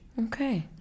Okay